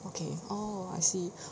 okay orh I see